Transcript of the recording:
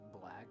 black